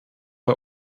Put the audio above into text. bei